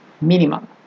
minimum